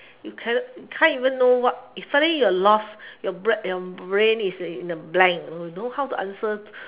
you cannot you can't even know what is suddenly you're lost your breath your brain is in the blank you don't know how to answer